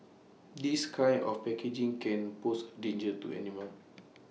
this kind of packaging can pose A danger to animals